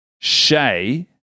Shay